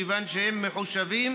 כיוון שהם מחושבים